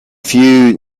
few